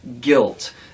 guilt